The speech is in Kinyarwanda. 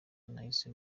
nahise